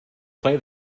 play